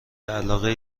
علاقه